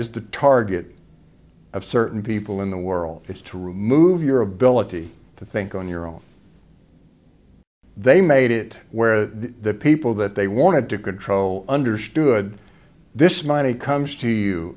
is the target of certain people in the world it's to remove your ability to think on your own they made it where the people that they wanted to control understood this money comes to you